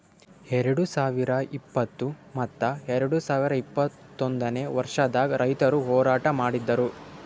ಎರಡು ಸಾವಿರ ಇಪ್ಪತ್ತು ಮತ್ತ ಎರಡು ಸಾವಿರ ಇಪ್ಪತ್ತೊಂದನೇ ವರ್ಷದಾಗ್ ರೈತುರ್ ಹೋರಾಟ ಮಾಡಿದ್ದರು